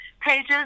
pages